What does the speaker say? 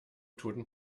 toten